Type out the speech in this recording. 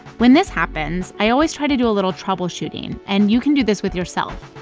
when this happens, i always try to do a little troubleshooting, and you can do this with yourself.